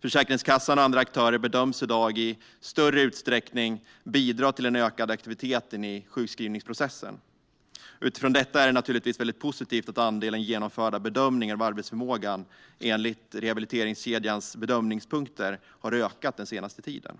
Försäkringskassan och andra aktörer bedöms i dag i större utsträckning bidra till den ökade aktiviteten i sjukskrivningsprocessen. Utifrån detta är det naturligtvis mycket positivt att andelen genomförda bedömningar av arbetsförmågan enligt rehabiliteringskedjans bedömningspunkter har ökat den senaste tiden.